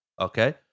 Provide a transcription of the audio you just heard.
okay